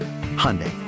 Hyundai